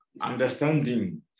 understanding